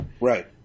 Right